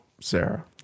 Sarah